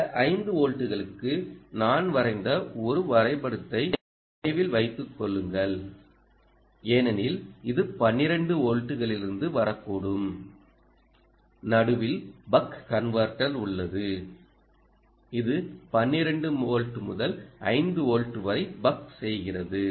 இந்த 5 வோல்ட்டுகளுக்கு நான் வரைந்த ஒரு வரைபடத்தை நினைவில் வைத்துக் கொள்ளுங்கள் ஏனெனில் இது 12 வோல்ட்டுகளிலிருந்து வரக்கூடும் நடுவில் பக் கன்வெர்ட்டர் உள்ளது இது 12 வோல்ட் முதல் 5 வோல்ட் வரை பக் செய்கிறது